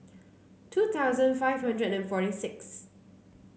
two thousand five hundred and forty sixth